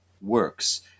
works